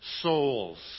souls